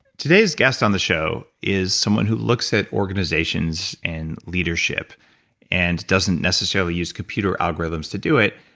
today's guest on the show is someone who looks at organizations and leadership and doesn't necessarily use computer algorithms to do it,